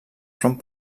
front